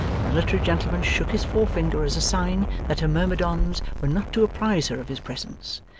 the military gentleman shook his forefinger as a sign that her myrmidons were not to apprise her of his presence,